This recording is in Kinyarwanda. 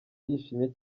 yishimye